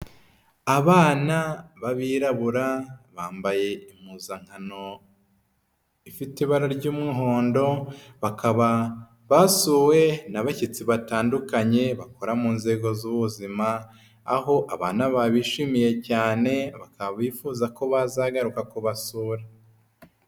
Abana b'abirabura bambaye impuzankano ifite ibara ry'umuhondo, bakaba basuwe n'abashyitsi batandukanye bakora mu nzego z'ubuzima, aho abana babishimiye cyane bakaba bifuza ko bazagaruka kubasura.